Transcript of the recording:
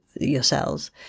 yourselves